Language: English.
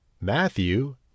Matthew